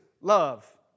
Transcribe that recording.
love